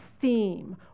theme